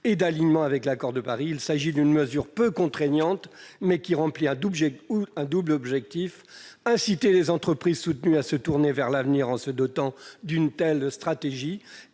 et d'alignement sur l'accord de Paris. Il s'agit d'une mesure peu contraignante, mais qui remplit un double objectif : inciter les entreprises soutenues à se tourner vers l'avenir en se dotant d'une stratégie